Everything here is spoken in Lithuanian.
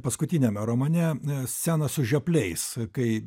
paskutiniame romane scena su žiopliais kai